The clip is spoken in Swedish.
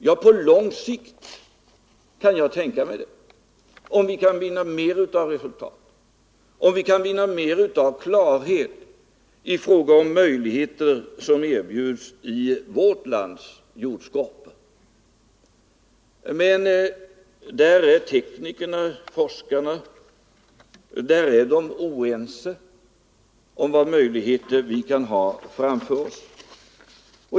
Ja, på lång sikt kan jag tänka mig det, om vi kan vinna mer av resultat, om vi kan vinna mer av klarhet i fråga om de möjligheter som erbjuds i vårt lands jordskorpa. Men teknikerna och forskarna är oense om vilka möjligheter vi kan ha framför oss.